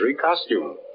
costume